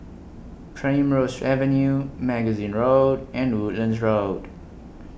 Primrose Avenue Magazine Road and Woodlands Road